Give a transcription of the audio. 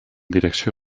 direcció